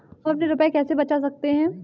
हम अपने रुपये कैसे बचा सकते हैं?